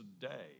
today